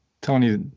Tony